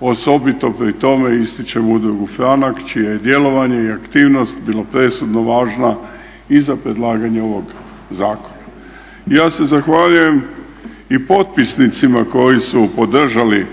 osobito pri tome ističem Udrugu Franak čije je djelovanje i aktivnost bilo presudno važna i za predlaganje ovog zakona. Ja se zahvaljujem i potpisnicima koji su podržali